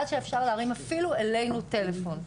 עד שאפשר להרים אפילו אלינו טלפון.